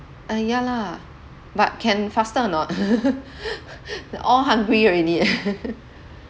ah ya lah but can faster or not all hungry already eh